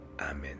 Amen